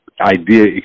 idea